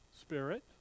Spirit